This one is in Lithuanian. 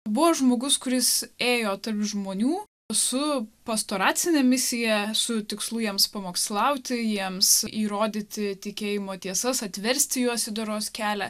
buvo žmogus kuris ėjo tarp žmonių su pastoracine misija su tikslu jiems pamokslauti jiems įrodyti tikėjimo tiesas atversti juos į doros kelią